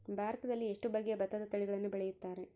ಭಾರತದಲ್ಲಿ ಎಷ್ಟು ಬಗೆಯ ಭತ್ತದ ತಳಿಗಳನ್ನು ಬೆಳೆಯುತ್ತಾರೆ?